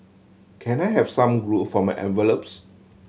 can I have some glue for my envelopes